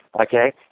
Okay